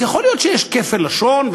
אז יכול להיות שיש כפל לשון,